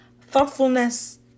Thoughtfulness